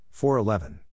4-11